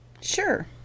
Sure